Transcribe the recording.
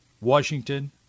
Washington